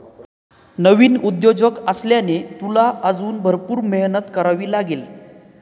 नवीन उद्योजक असल्याने, तुला अजून भरपूर मेहनत करावी लागेल